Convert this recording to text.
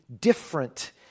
different